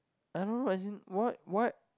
I don't know as in what what